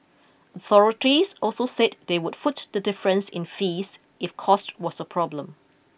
authorities also said they would foot the difference in fees if cost was a problem